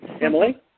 Emily